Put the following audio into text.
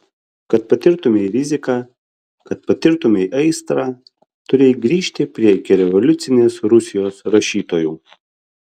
kad patirtumei riziką kad patirtumei aistrą turėjai grįžti prie ikirevoliucinės rusijos rašytojų